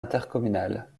intercommunale